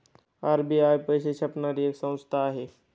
RBI पैसे छापणारी एक संस्था आहे